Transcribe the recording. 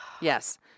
yes